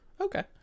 okay